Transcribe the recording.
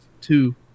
two